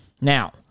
Now